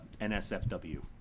nsfw